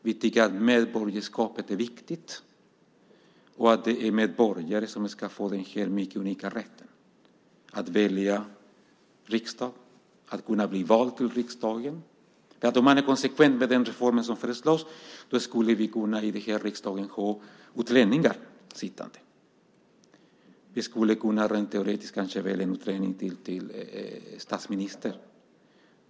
Vi tycker att medborgarskapet är viktigt och att det är medborgare som ska få denna unika rätt att välja riksdag och kunna bli vald till riksdagen. Om man är konsekvent i den reform som föreslås skulle vi kunna ha utlänningar sittande i den här riksdagen. Rent teoretiskt skulle vi kunna välja en utlänning till statsminister.